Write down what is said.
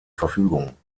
verfügung